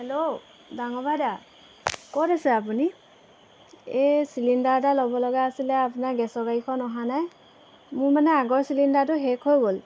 hello ডাঙৰ বাইদেউ ক'ত আছে আপুনি এই চিলিণ্ডাৰ এটা ল'ব লগা আছিলে আপোনাৰ গেছৰ গাড়ীখন অহা নাই মোৰ মানে আগৰ চিলিণ্ডাৰটো শেষ হৈ গ'ল